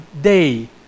day